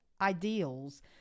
ideals